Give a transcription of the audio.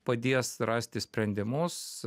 padės rasti sprendimus